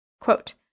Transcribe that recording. Quote